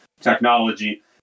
technology